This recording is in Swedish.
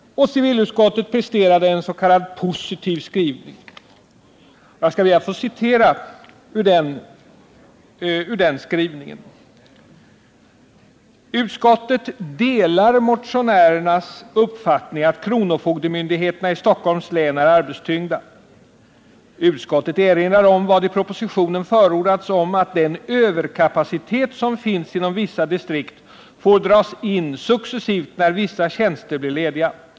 Civilutskottet presterade en s.k. positiv skrivning, och jag skall be att få citera ur betänkandet: ”Utskottet delar motionärens uppfattning att kronofogdemyndigheterna i Stockholms län är arbetstyngda. Utskottet erinrar om vad i propositionen förordats om att den överkapacitet som finns inom vissa distrikt får dras in successivt när vissa tjänster blir lediga.